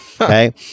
okay